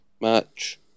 match